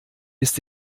ist